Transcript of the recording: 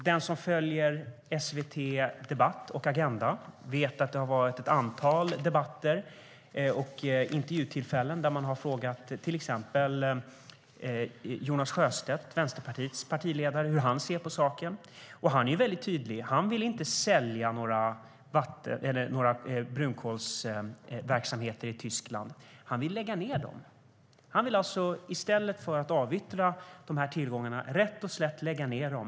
Den som följer SVT Debatt och Agenda vet att det har varit ett antal debatter och intervjutillfällen där man har frågat till exempel Jonas Sjöstedt, Vänsterpartiets partiledare, hur han ser på saken. Han är tydlig: Han vill inte sälja några brunkolsverksamheter i Tyskland. Han vill lägga ned dem. I stället för att avyttra tillgångarna vill han alltså rätt och slätt lägga ned dem.